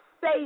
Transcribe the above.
say